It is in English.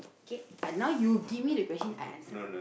okay now you give me the question I answer